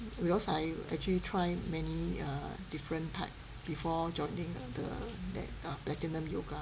because I actually try many err different type before joining err the that uh Platinum Yoga